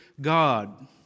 God